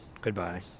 Goodbye